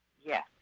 Yes